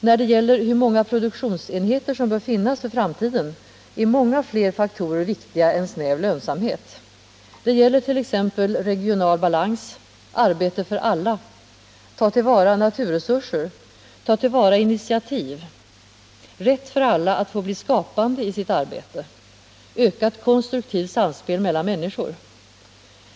När det gäller hur många produktionsenheter som bör finnas för framtiden är många fler faktorer viktiga än snäv lönsamhet. Det gäller t.ex. regional balans, arbete för alla, att ta till vara naturresurser, att ta till vara initiativ, rätten för alla att få bli skapande i sitt arbete och ett ökat konstruktivt samspel mellan människor.